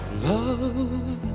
love